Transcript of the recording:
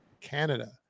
Canada